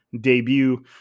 debut